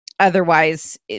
Otherwise